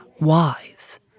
wise